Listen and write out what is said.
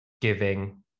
giving